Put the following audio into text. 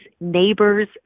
neighbor's